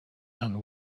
and